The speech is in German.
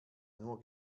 nur